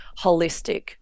holistic